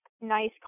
nice